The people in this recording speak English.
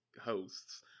hosts